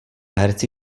herci